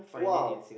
!wow!